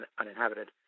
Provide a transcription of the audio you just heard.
uninhabited